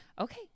Okay